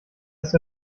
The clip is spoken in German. ist